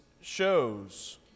shows